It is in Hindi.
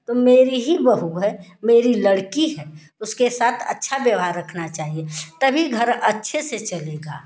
मेरी ही बहू है मेरी लड़की है उसके साथ अच्छा व्यवहार रखना चाहिए तभी घर अच्छे से चलेगा